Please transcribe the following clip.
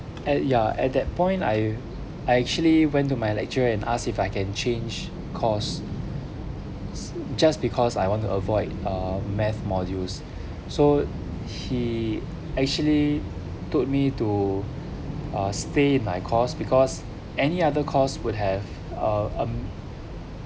at ya at that point I I actually went to my lecturer and asked if I can change course just because I want to avoid uh math modules so he actually told me to ah stay in my course because any other course would have uh uh